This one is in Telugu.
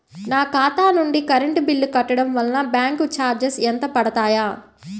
నా ఖాతా నుండి కరెంట్ బిల్ కట్టడం వలన బ్యాంకు చార్జెస్ ఎంత పడతాయా?